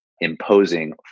imposing